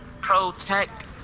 protect